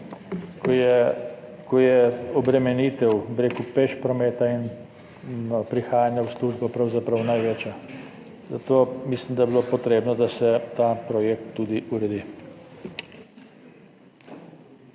ko je obremenitev, bi rekel, peš prometa in prihajanja v službo pravzaprav največja. Zato mislim, da bi bilo potrebno, da se ta projekt tudi uredi.